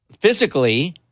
Physically